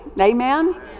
Amen